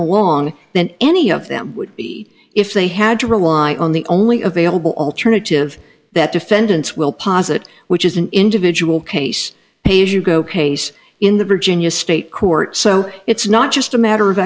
along than any of them would be if they had to rely on the only available alternative that defendants will posit which is an individual case asiago case in the virginia state court so it's not just a matter of